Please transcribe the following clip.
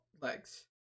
legs